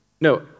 No